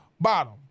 bottom